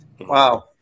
Wow